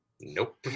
nope